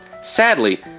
Sadly